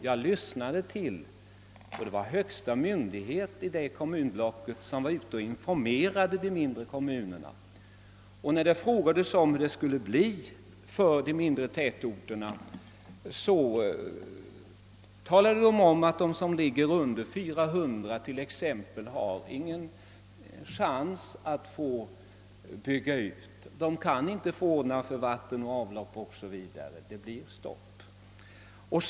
Högsta myndigheten i det aktuella kom munblocket reste runt och informerade de mindre kommunerna. När det frågades om hur det skulle bli för de mindre tätorterna talade myndigheten om, att de kommuner som har mindre än 400 invånare inte har någon chans att få bygga ut. De får inte ordna för vatten och avlopp, utan det blir stopp i utbyggnaden.